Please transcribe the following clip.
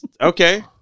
okay